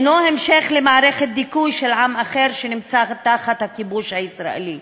הוא המשך של מערכת דיכוי של עם אחר שנמצא תחת הכיבוש הישראלי.